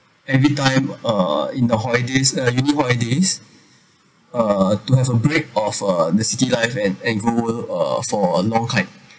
every time uh in the holidays uh uni~ holiday uh to have a break off uh the city life and and go uh for a long hike